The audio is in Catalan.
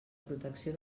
protecció